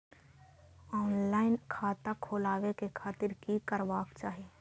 Online खाता खोलाबे के खातिर कि करबाक चाही?